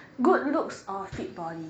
good looks or fit body